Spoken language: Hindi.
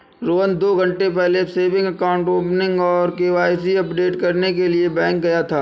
रोहन दो घन्टे पहले सेविंग अकाउंट ओपनिंग और के.वाई.सी अपडेट करने के लिए बैंक गया था